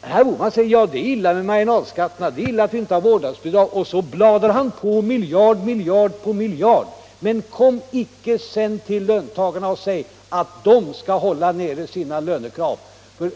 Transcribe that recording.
Herr Bohman säger att det är illa med marginalskatterna och illa att det inte finns vårdnadsbidrag. Så bladar han på miljard efter miljard. Men kom inte sedan till löntagarna och kräv att de skall hålla sina löneanspråk nere.